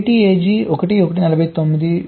JTAG 1149